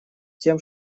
тем